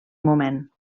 moment